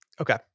Okay